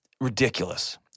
ridiculous